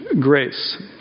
grace